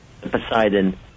Poseidon